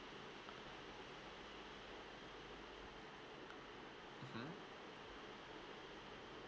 mmhmm